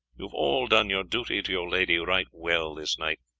you have all done your duty to your lady right well this night,